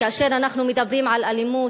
כאשר אנחנו מדברים על אלימות,